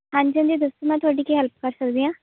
ਹਾਂਜੀ ਹਾਂਜੀ ਦੱਸੋ ਮੈਂ ਤੁਹਾਡੀ ਕੀ ਹੈਲਪ ਕਰ ਸਕਦੀ ਹਾਂ